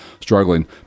struggling